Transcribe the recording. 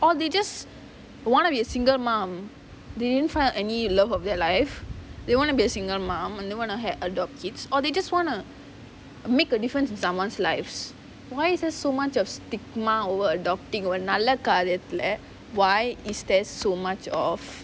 or they just want to be a single mom they didn't find any love of their life they want to be a single mom and they want to have adopt kids or they just want to make a difference in someone's life why is there so much of stigma over adopting ஒரு நல்ல காரியத்துல:oru nalla kaariyathula why is there so much of